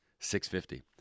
650